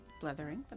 blethering